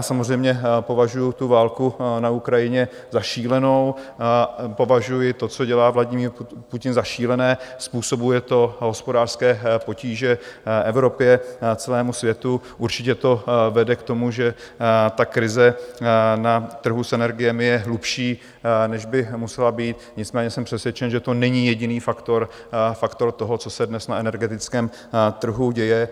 Samozřejmě považuju tu válku na Ukrajině za šílenou a považuju to, co dělá Vladimír Putin, za šílené, způsobuje to hospodářské potíže Evropě a celému světu, určitě to vede k tomu, že krize na trhu s energiemi je hlubší, než by musela být, nicméně jsem přesvědčen, že to není jediný faktor toho, co se dnes na energetickém trhu děje.